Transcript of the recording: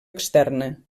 externa